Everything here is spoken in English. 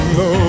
no